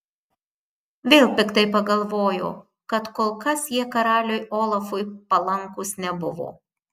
vėl piktai pagalvojo kad kol kas jie karaliui olafui palankūs nebuvo